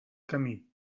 camí